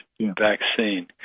vaccine